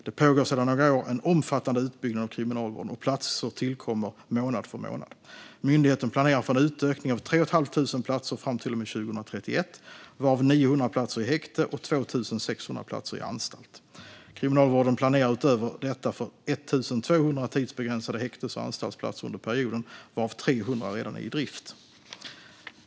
Det pågår sedan några år en omfattande utbyggnad av Kriminalvården, och platser tillkommer månad för månad. Myndigheten planerar för en utökning med 3 500 platser fram till och med 2031, varav 900 platser i häkte och 2 600 platser i anstalt. Kriminalvården planerar utöver detta för 1 200 tidsbegränsade häktes och anstaltsplatser under perioden, varav 300 redan är i drift.